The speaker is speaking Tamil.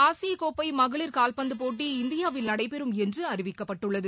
ஆசியக்கோப்பைமகளிர் கால்பந்தபோட்டி இந்தியாவில் நடைபெறும் என்றுஅறிவிக்கப்பட்டுள்ளது